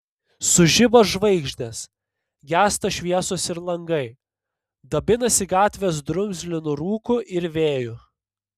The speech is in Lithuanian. sužibo žvaigždės gęsta šviesos ir langai dabinasi gatvės drumzlinu rūku ir vėju